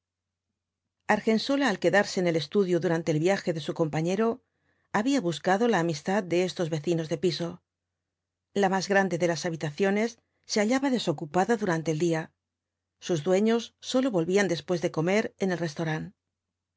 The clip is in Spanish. argensola al quedarse en el estudio durante el viaje de su compañero había buscado la amistad de estos vecinos de piso la más grande de las habitaciones se hallaba desocupada durante el día sus dueños sólo volvían después de comer en el restaurant